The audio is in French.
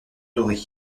doré